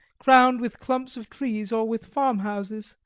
crowned with clumps of trees or with farmhouses,